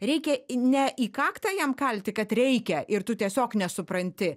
reikia ne į kaktą jam kalti kad reikia ir tu tiesiog nesupranti